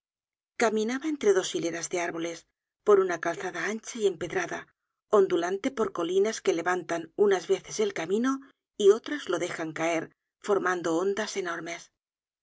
caminaba entre dos hileras de árboles por una calzada ancha y empedrada ondulante por colinas que levantan unas veces el camino y otras lo dejan caer formando ondas enormes